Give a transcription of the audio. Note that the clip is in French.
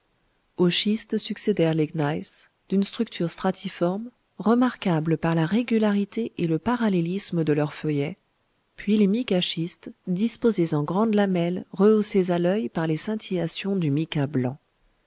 schistes succédèrent les gneiss d'une structure stratiforme remarquables par la régularité et le parallélisme de leurs feuillets puis les micaschistes disposés en grandes lamelles rehaussées à l'oeil par les scintillations du mica blanc